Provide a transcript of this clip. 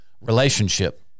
relationship